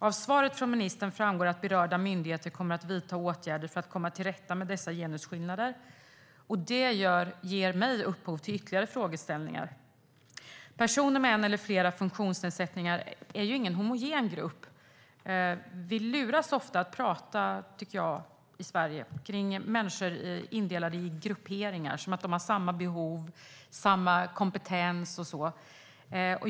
Av svaret från ministern framgår att berörda myndigheter kommer att vidta åtgärder för att komma till rätta med dessa genusskillnader. Det ger upphov till ytterligare frågeställningar från min sida. Personer med en eller flera funktionsnedsättningar är ingen homogen grupp. Här i Sverige luras vi ofta att prata, tycker jag, om människor indelade i grupperingar som om de har samma behov och samma kompetens.